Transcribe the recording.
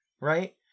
right